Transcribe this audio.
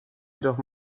jedoch